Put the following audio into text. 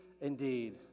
indeed